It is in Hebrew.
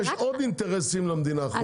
יש עוד אינטרסים למדינה חוץ מזה.